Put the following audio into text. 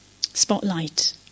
spotlight